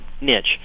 niche